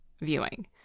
viewing